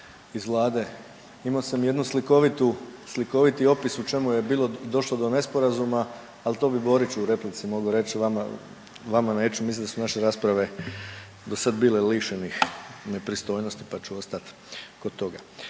Imao sam jednu slikovitu, slikoviti opis u čemu je bilo došlo do nesporazuma ali to bi Boriću u replici mogao reći, vama, vama neću, mislim da su naše rasprave bile lišenih nepristojnosti pa ću ostati kod toga.